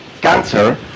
cancer